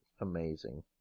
Amazing